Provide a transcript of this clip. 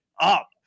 up